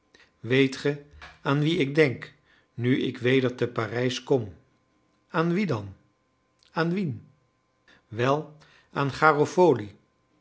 weet ge aan wien ik denk nu ik weder te parijs kom aan wien dan aan wien wel aan